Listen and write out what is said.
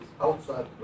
outside